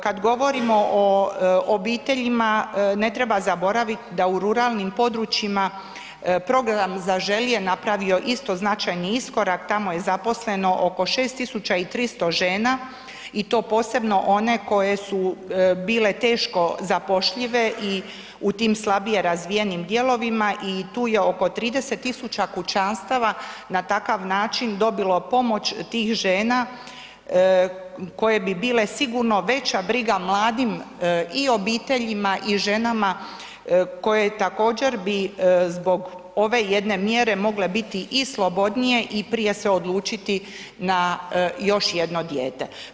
Kad govorimo o obiteljima, ne treba zaboraviti da u ruralnim područjima program Zaželi je napravio isto značajni iskorak, tamo je zaposleno oko 6 300 žena i to posebno one koje su bile teško zapošljive i u tim slabije razvijenim dijelovima i tu je oko 30 tisuća kućanstava na takav način dobilo pomoć tih žena koje bi bile sigurno veća briga mladim i obiteljima i ženama koje također, bi zbog ove jedne mjere mogle biti i slobodnije i prije se odlučiti na još jedno dijete.